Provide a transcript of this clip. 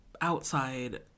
outside